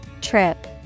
Trip